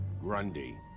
Grundy